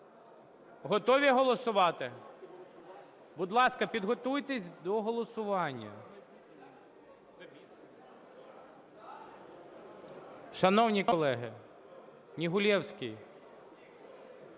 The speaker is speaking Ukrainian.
Готові голосувати? Будь ласка, підготуйтесь до голосування.